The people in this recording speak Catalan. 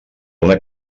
una